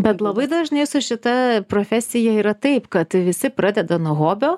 bet labai dažnai su šita profesija yra taip kad visi pradeda nuo hobio